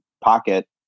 pocket